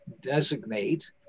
designate